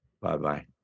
bye-bye